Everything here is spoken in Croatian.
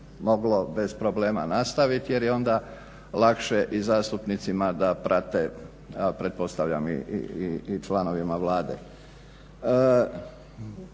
moglo bez problema nastaviti jer je onda lakše i zastupnicima da prate pretpostavljam i članovima Vlade.